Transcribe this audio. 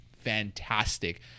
fantastic